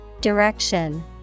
Direction